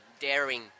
daring